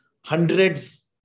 hundreds